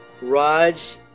Raj